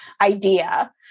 idea